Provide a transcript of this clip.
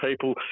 people